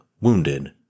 wounded